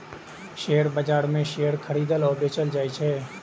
share बाजार मे share खरीदल आ बेचल जाइ छै